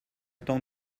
temps